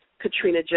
Katrina